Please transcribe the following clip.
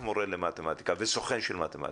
מורה למתמטיקה והוא רק סוכן של מתמטיקה.